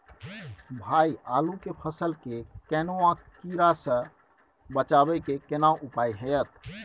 भाई आलू के फसल के कौनुआ कीरा से बचाबै के केना उपाय हैयत?